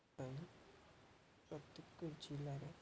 ପାଇଁ ପ୍ରତ୍ୟେକ ଜିଲ୍ଲାରେ